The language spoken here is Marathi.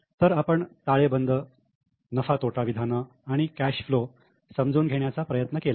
तर आपण ताळेबंद नफा तोटा विधान आणि कॅश फ्लो समजून घेण्याचा प्रयत्न केला